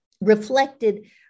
reflected